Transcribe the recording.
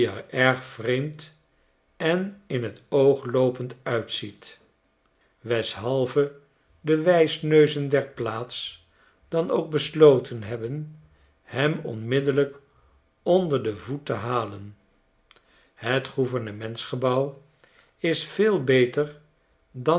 erg vreemd en in t oogloopend uitziet weshalve de wijsneuzen der plaats dan ook besloten hebben hem onmiddellyk onder den voet te halen hetgouvernementsgebouw is veel beter dan